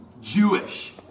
Jewish